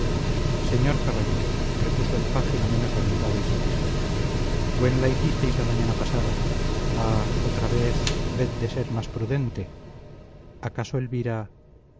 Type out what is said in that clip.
señor caballero repuso el paje no menos admirado y satisfecho buena la hicisteis la mañana pasada ah otra vez ved de ser más prudente acaso elvira